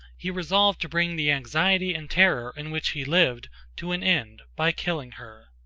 he resolved to bring the anxiety and terror in which he lived to an end by killing her.